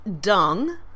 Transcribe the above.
dung